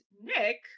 Nick